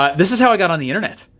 but this is how i got on the internet,